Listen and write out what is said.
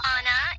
Anna